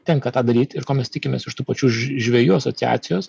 tenka tą daryt ir ko mes tikimės iš tų pačių žvejų asociacijos